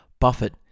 Buffett